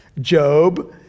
Job